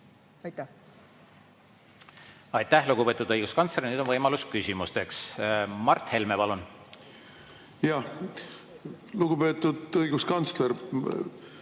Aitäh, lugupeetud õiguskantsler! Nüüd on võimalus küsimusteks. Mart Helme, palun! Aitäh, lugupeetud õiguskantsler!